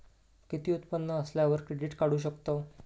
किती उत्पन्न असल्यावर क्रेडीट काढू शकतव?